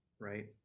right